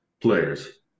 players